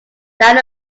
than